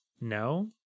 No